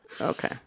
okay